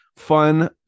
fun